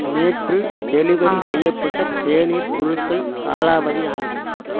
நேற்று டெலிவரி செய்யப்பட்ட தேநீர் பொருள்கள் காலாவதி ஆனது